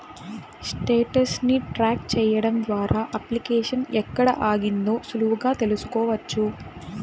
status ని track చెయ్యడం ద్వారా అప్లికేషన్ ఎక్కడ ఆగిందో సులువుగా తెల్సుకోవచ్చు